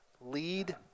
lead